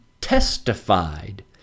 testified